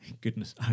goodness